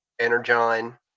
Energon